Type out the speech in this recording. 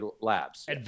labs